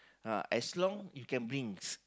uh as long you can brings